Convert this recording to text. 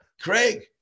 Craig